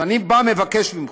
אז אני מבקש ממך,